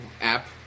app